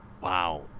Wow